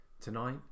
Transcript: tonight